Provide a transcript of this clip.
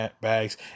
bags